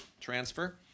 transfer